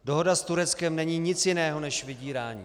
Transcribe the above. Dohoda s Tureckem není nic jiného než vydírání.